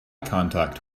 contact